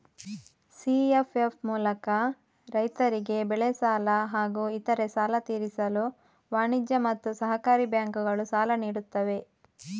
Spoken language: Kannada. ಸಿ.ಎಫ್.ಎಫ್ ಮೂಲಕ ರೈತರಿಗೆ ಬೆಳೆ ಸಾಲ ಹಾಗೂ ಇತರೆ ಸಾಲ ತೀರಿಸಲು ವಾಣಿಜ್ಯ ಮತ್ತು ಸಹಕಾರಿ ಬ್ಯಾಂಕುಗಳು ಸಾಲ ನೀಡುತ್ತವೆ